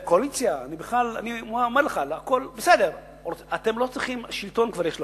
והקואליציה, אני אומר לך, שלטון כבר יש לכם.